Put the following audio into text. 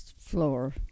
Floor